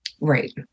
Right